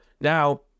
now